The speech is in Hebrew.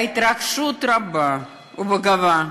בהתרגשות רבה ובגאווה